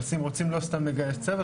רוצים לא סתם לגייס צוות,